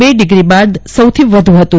ર ડીગ્રી બાદ સૌથી વધુ હતું